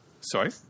sorry